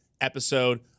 episode